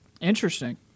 interesting